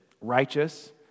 righteous